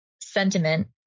sentiment